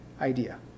idea